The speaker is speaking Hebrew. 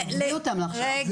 זה להביא אותם להכשרה.